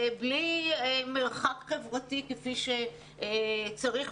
בלי מרחק חברתי כנדרש,